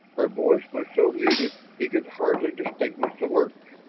her voice was so muted he could hardly distinguish the words.